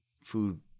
food